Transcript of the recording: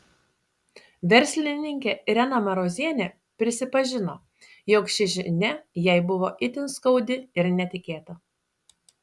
verslininkė irena marozienė prisipažino jog ši žinia jai buvo itin skaudi ir netikėta